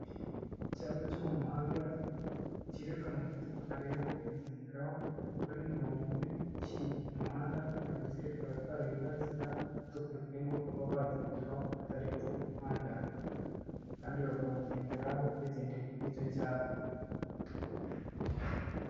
Icyapa cyo mu muhanda cyerekana umuvuduko ntarengwa wo kugenderaho, kuri mirongo ine, gishyirwa mu muhanda kugira ngo kereke abatwara ibinyabiziga umuvuduko ntarengwa kuba bagenderaho batarenza mu muhanda, kandi bakawugenderaho bagendeye kuri icyo cyapa.